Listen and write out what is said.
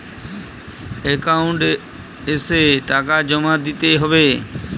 Account এসে টাকা জমা দিতে হবে?